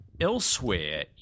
Elsewhere